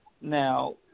now